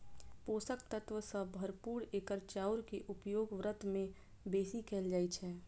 पोषक तत्व सं भरपूर एकर चाउर के उपयोग व्रत मे बेसी कैल जाइ छै